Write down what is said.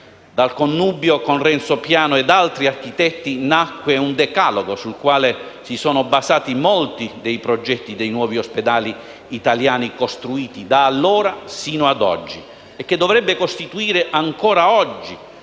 Dal connubio con Renzo Piano e altri architetti nacque un decalogo sul quale si sono basati molti dei progetti dei nuovi ospedali italiani costruiti da allora fino a oggi, e che dovrebbe costituire ancora oggi